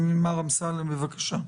מר אמסלם, בבקשה,